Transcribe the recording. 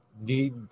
need